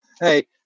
hey